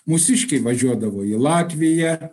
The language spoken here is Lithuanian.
mūsiškiai važiuodavo į latviją